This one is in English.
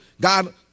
God